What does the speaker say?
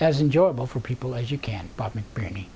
as enjoyable for people as you can but me